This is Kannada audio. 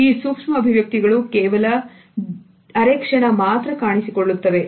ಈ ಸೂಕ್ಷ್ಮ ಅಭಿವ್ಯಕ್ತಿಗಳು ಕೇವಲ ಅರೆಕ್ಷಣ ಮಾತ್ರ ಕಾಣಿಸಿಕೊಳ್ಳುತ್ತದೆ